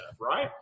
right